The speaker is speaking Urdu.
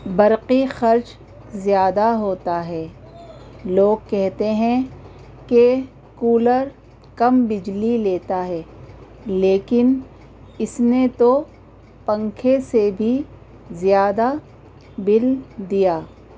برقی خرچ زیادہ ہوتا ہے لوگ کہتے ہیں کہ کولر کم بجلی لیتا ہے لیکن اس نے تو پنکھے سے بھی زیادہ بل دیا